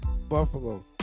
Buffalo